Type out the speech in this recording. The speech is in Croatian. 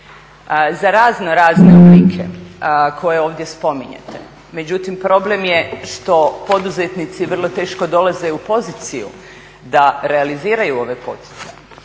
za raznorazne oblike koje ovdje spominjete, međutim problem je što poduzetnici vrlo teško dolaze u poziciju da realiziraju ove poticaje.